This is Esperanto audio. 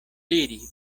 diri